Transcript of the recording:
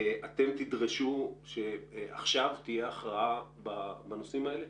אתם תדרשו שעכשיו תהיה הכרעה בנושאים האלה?